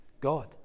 God